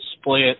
split